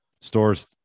stores